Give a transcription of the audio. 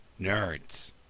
Nerds